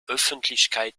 öffentlichkeit